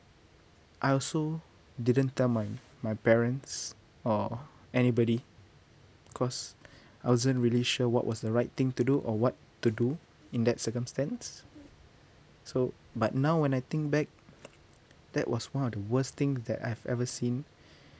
I also didn't tell my my parents or anybody cause I wasn't really sure what was the right thing to do or what to do in that circumstance so but now when I think back that was one of the worst thing that I've ever seen